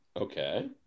Okay